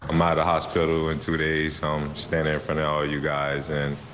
ah my the hospital in today's home stand there for now you guys and.